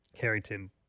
Harrington